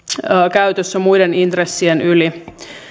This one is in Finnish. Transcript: käytössä muiden intressien yli